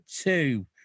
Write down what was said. two